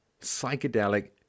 psychedelic